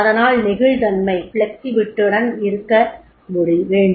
அதனால் நெகிழ்தன்மை யுடன் இருக்க வேண்டும்